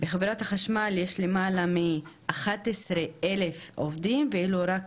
בחברת החשמל יש למעלה מ- 11 אלף עובדים, ואילו רק